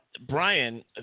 Brian